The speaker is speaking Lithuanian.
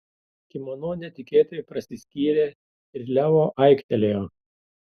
kimono netikėtai prasiskyrė ir leo aiktelėjo